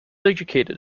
educated